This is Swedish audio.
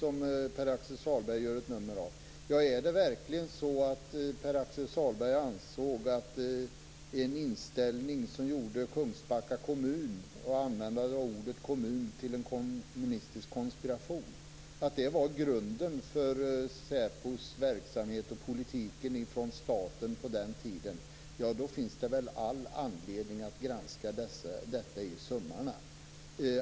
Om Pär-Axel Sahlberg verkligen ansåg att en inställning som gjorde användandet av ordet kommun i Kungsbacka till en kommunistisk konspiration var grunden för säpos verksamhet och statens politik på den tiden finns det väl all anledning att granska detta i sömmarna.